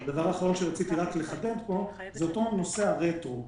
כל נושא הרטרו.